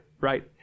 right